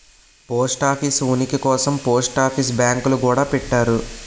post office ఉనికి కోసం post office బ్యాంకులు గూడా పెట్టారు